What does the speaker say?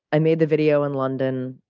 i made the video in london.